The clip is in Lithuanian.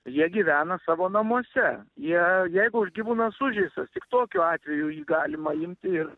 jie gyvena savo namuose jie jeigu gyvūnas sužeistas tik tokiu atveju jį galima imti ir